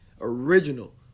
Original